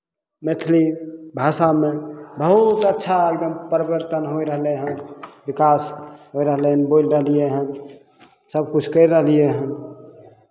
मैथिली भाषामे बहुत अच्छा एकदम परिवर्तन होय रहलै हन विकास होय रहलै हन बोलि रहलियै हन सभकिछु करि रहलियै हन